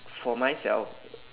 for myself